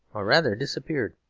or, rather, disappeared.